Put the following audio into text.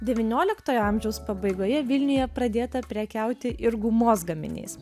devynioliktojo amžiaus pabaigoje vilniuje pradėta prekiauti ir gumos gaminiais